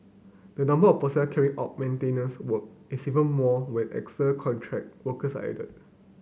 the number of personnel carrying out maintenance work is even more when contract workers are added